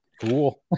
cool